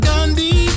Gandhi